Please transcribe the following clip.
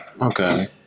Okay